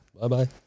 Bye-bye